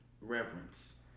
reverence